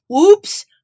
Oops